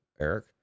eric